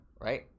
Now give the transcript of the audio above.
Right